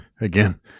again